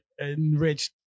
enriched